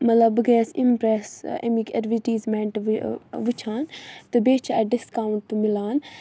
مطلب بہٕ گٔیَس اِمپرٛٮ۪س ایٚمِکۍ ایٚڈوٹیٖزمیٚنٛٹ وٕچھان تہٕ بیٚیہِ چھِ اَتہِ ڈِسکاوُںٛٹ تہِ مِلان